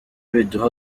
biduha